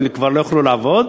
הם כבר לא יוכלו לעבוד,